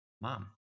mom